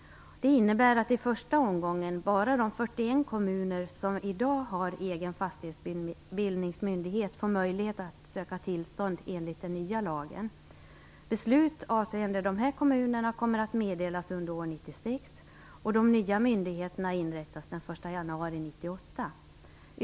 Det innebär att i första omgången bara de 41 kommuner som i dag har egen fastighetsbildningsmyndighet får möjlighet att söka tillstånd enligt den nya lagen. Beslut avseende dessa kommuner kommer att meddelas under år 1996, och de nya myndigheterna inrättas den 1 januari 1998.